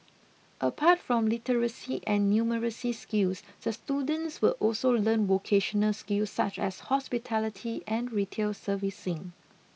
apart from literacy and numeracy skills the students will also learn vocational skills such as hospitality and retail servicing